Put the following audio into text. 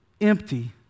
empty